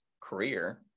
career